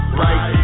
right